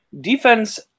defense